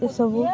ଏସବୁ